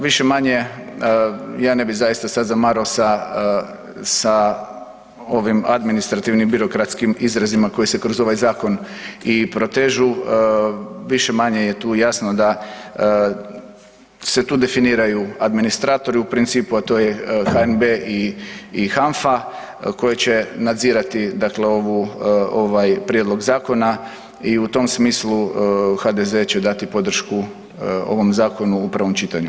Više-manje ja ne bi zaista sad zamaro sa, sa ovim administrativnim i birokratskim izrazima koji se kroz ovaj zakon i potežu, više-manje je tu jasno da se tu definiraju administratori u principu, a to je HNB i HANFA koje će nadzirati dakle ovu, ovaj prijedlog zakona i u tom smislu HDZ će dati podršku ovom zakonu u prvom čitanju.